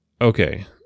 Okay